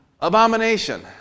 abomination